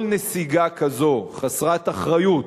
כל נסיגה כזאת היא חסרת אחריות,